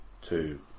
two